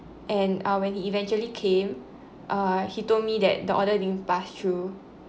and uh when he eventually came uh he told me that the order didn't pass through